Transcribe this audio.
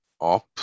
up